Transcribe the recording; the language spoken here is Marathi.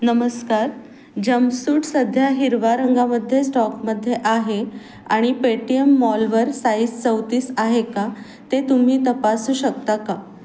नमस्कार जम्पसूट सध्या हिरव्या रंगामध्ये स्टॉकमध्ये आहे आणि पेटीयम मॉलवर साईज चौतीस आहे का ते तुम्ही तपासू शकता का